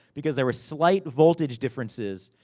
because there were slight voltage differences,